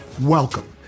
welcome